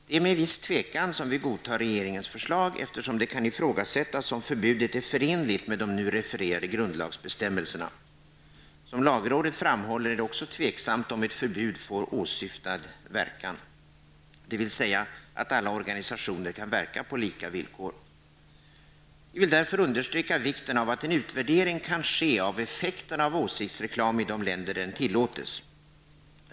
Det är med viss tvekan som vi godtar regeringens förslag, eftersom det kan ifrågasättas om förbudet är förenligt med de nu refererade grundlagsbestämmelserna. Som lagrådet framhåller är det också tveksamt om ett förbud får åsyftad verkan, dvs. att alla organisationer kan verka på lika villkor. Vi vill därför understryka vikten av att en utvärdering kan ske av effekterna av åsiktsreklam i de länder där den tillåts.